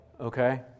okay